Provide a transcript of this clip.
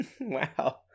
Wow